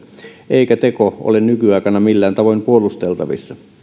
eikä teko ole nykyaikana millään tavoin puolusteltavissa